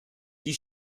die